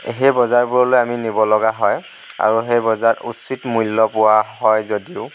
সেই বজাৰবোৰলৈ আমি নিব লগা হয় আৰু সেই বজাৰত উচিত মূল্য পোৱা হয় যদিও